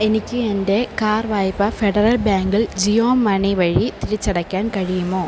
എനിക്ക് എൻ്റെ കാർ വായ്പ ഫെഡറൽ ബാങ്കിൽ ജിയോ മണി വഴി തിരിച്ചടയ്ക്കാൻ കഴിയുമോ